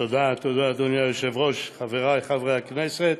תודה, אדוני היושב-ראש, חברי חברי הכנסת,